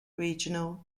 regional